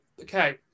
okay